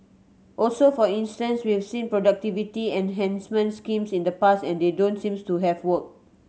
also for instance we've seen productivity enhancement schemes in the past and they don't seem to have worked